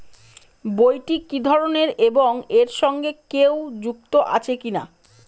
বইটি কি ধরনের এবং এর সঙ্গে কেউ যুক্ত আছে কিনা?